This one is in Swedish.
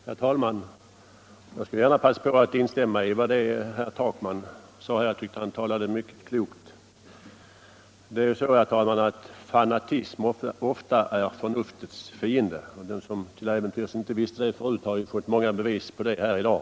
Herr talman! Jag vill gärna passa på att instämma i vad herr Takman sade. Jag tyckte att han talade mycket klokt. Det är ju så, herr talman, att fanatism ofta är förnuftets fiende. Den som till äventyrs inte visste det förut har fått många bevis på det här i dag.